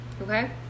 okay